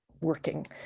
working